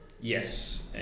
yes